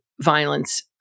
violence